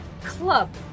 club